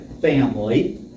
family